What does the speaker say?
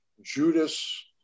Judas